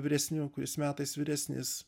vyresniu kuris metais vyresnis